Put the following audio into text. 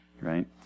right